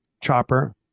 chopper